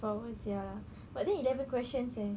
four hours ya lah but then eleven questions seh